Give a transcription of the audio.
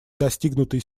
достигнутый